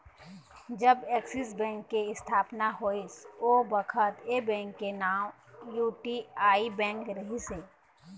जब Axis Bank के इस्थापना होइस ओ बखत ऐ बेंक के नांव यूटीआई बेंक रिहिस हे